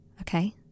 Okay